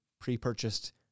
pre-purchased